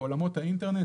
בעולמות האינטרנט,